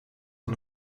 een